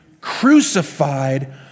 crucified